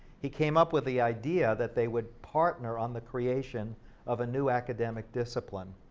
he came up with the idea that they would partner on the creation of a new academic discipline,